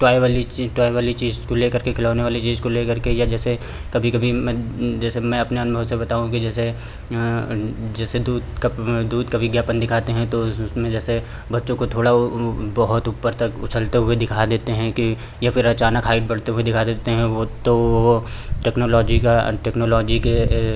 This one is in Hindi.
टॉय वाली टॉय वाली चीज को लेकर के खिलौने वाली चीज को लेकर के या जैसे कभी कभी मैं जैसे मैं अपने अपने अनुभव से बताऊँ कि जैसे जैसे दूध का दूध का विज्ञापन दिखाते हैं तो उस उसमें जैसे बच्चों को थोड़ा ऊ ऊ बहुत ऊपर तक उछलते हुए दिखा देते हैं कि या फिर अचानक हाइट बढ़ते हुए दिखा देते हैं वो तो टेक्नोलॉजी का टेक्नोलॉजी के